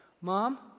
Mom